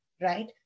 right